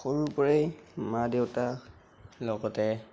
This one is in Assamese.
সৰুৰ পৰাই মা দেউতা লগতে